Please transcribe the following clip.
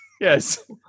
yes